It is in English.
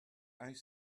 ice